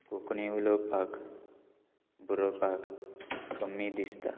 कोंकणी उलोवपाक बरोवपाक कमी दिसता